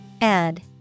Add